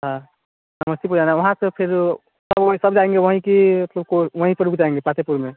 हाँ समस्तीपुर जाना वहाँ से फिर सब वहीं सब जाएँगे वहीं कि वहीं पर रुक जाएँगे पातेपुर में